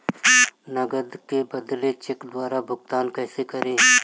नकद के बदले चेक द्वारा भुगतान कैसे करें?